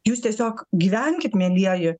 jūs tiesiog gyvenkit mielieji